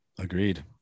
Agreed